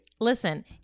Listen